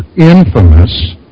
infamous